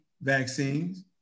vaccines